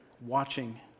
watching